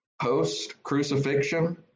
post-crucifixion